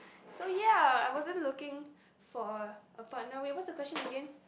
so ya I wasn't looking for a a partner wait what's the question again